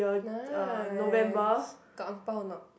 nice got angbao or not